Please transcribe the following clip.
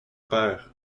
pères